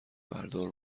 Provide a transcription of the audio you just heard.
بردار